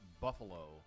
Buffalo